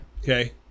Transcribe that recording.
Okay